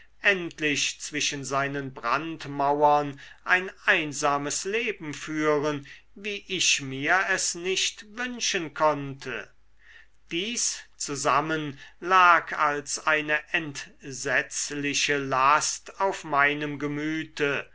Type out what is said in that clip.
endlich zwischen seinen brandmauern ein einsames leben führen wie ich mir es nicht wünschen konnte dies zusammen lag als eine entsetzliche last auf meinem gemüte